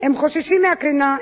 הם חוששים מהקרינה,